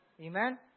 Amen